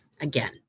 Again